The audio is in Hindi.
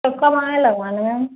अब कब आएं लगवाने हम